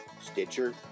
Stitcher